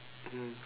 mm